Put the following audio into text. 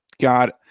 God